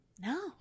No